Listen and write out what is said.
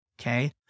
okay